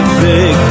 big